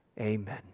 amen